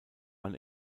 man